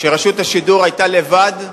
כשרשות השידור היתה לבד,